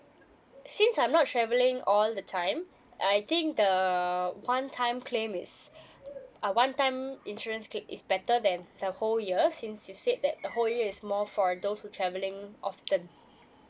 since I'm not travelling all the time I think the one time claim is uh one time insurance claim is better than the whole year since you said that the whole is more for those who travelling often